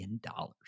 dollars